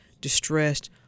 distressed